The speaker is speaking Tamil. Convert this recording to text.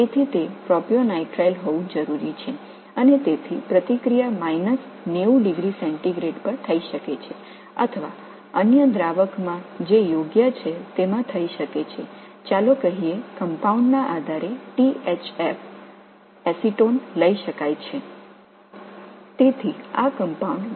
எனவே இது புரோபியோனிட்ரைல் ஆக இருக்க வேண்டும் எனவே எதிர்வினை மைனஸ் 90 டிகிரி செல்சியஸ் மற்றும் அல்லது பிற கரைப்பானில் செய்ய முடியும் இது கலவை பொறுத்து THF மற்றும் அசிட்டோன் பயன்படுத்தலாம்